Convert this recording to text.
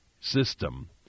system